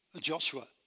Joshua